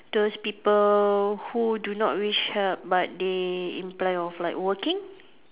those people who do not wish help but they imply of like working